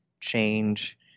change